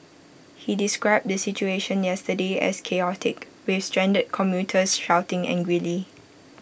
he described the situation yesterday as chaotic with stranded commuters shouting angrily